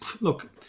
Look